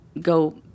go